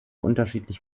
unterschiedlich